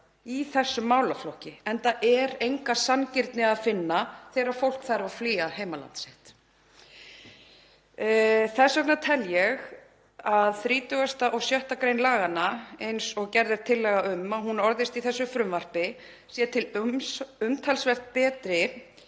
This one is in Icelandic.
í þessum málaflokki, enda er enga sanngirni að finna þegar fólk þarf að flýja heimaland sitt. Þess vegna tel ég að 36. gr. laganna, eins og gerð er tillaga um að hún orðist í þessu frumvarpi, sé umtalsvert betri